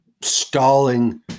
stalling